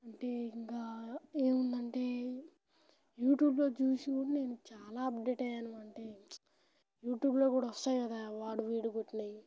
అంటే ఇంకా ఏవుందంటే యూట్యూబ్లో చూసి కూడా నేను చాలా అప్డేట్ అయ్యాను అంటే యూట్యూబ్లో కూడా వస్తాయి కదా వాడు వీడు కొట్టినవి